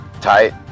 Tight